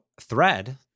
Thread